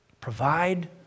provide